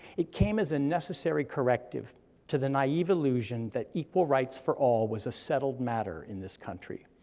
it came as a necessary corrective to the naive illusion that equal rights for all was a settled matter in this country.